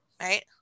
right